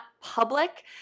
public